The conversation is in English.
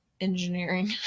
engineering